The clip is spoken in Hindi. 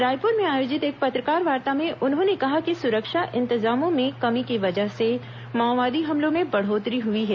रायपुर में आयोजित एक पत्रकारवार्ता में उन्होंने कहा कि सुरक्षा इंतजामों में कमी की वजह से माओवादी हमलों में बढ़ोत्तरी हुई है